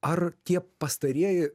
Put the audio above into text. ar tie pastarieji